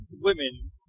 women